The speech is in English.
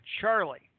Charlie